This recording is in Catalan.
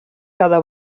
cada